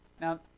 Now